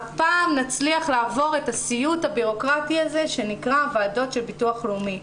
הפעם נצליח לעבור את הסיוט הבירוקרטי הזה שנקרא הוועדות של ביטוח לאומי,